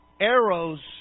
arrows